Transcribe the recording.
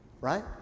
right